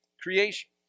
Creation